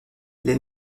les